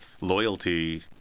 Loyalty